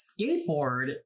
skateboard